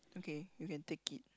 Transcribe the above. okay you can take it